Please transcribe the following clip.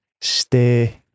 stay